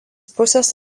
pusės